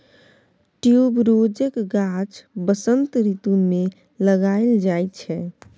ट्युबरोजक गाछ बसंत रितु मे लगाएल जाइ छै